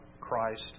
Christ